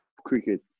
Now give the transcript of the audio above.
cricket